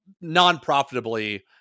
non-profitably